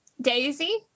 Daisy